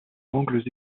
angles